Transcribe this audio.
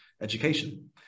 education